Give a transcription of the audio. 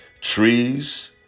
trees